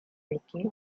making